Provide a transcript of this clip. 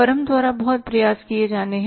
firm द्वारा बहुत प्रयास किए जाने हैं